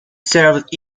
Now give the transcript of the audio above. served